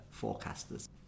forecasters